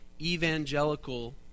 evangelical